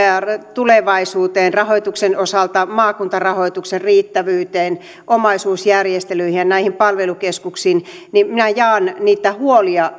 tulevaisuuteen rahoituksen osalta maakuntarahoituksen riittävyyteen omaisuusjärjestelyihin ja näihin palvelukeskuksiin minä jaan niitä huolia